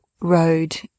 road